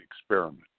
Experiment